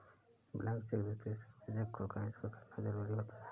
blank cheque देते समय cheque को कैंसिल करना जरुरी होता है